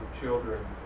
children